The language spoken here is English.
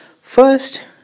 First